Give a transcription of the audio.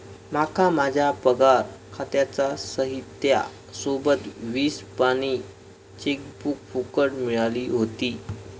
माका माझ्या पगार खात्याच्या साहित्या सोबत वीस पानी चेकबुक फुकट मिळाली व्हती